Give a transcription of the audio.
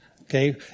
okay